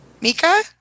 Mika